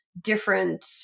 different